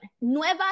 Nueva